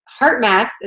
HeartMath